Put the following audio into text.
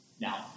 now